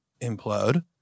implode